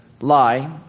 lie